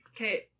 okay